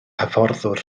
hyfforddwr